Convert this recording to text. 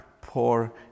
poor